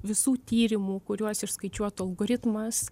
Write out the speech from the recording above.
visų tyrimų kuriuos išskaičiuotų algoritmas